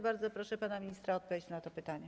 Bardzo proszę pana ministra o odpowiedź na to pytanie.